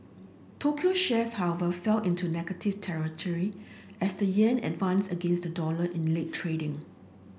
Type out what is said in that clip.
Tokyo shares however fell into negative territory as the yen advanced against the dollar in late trading